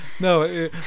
No